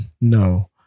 No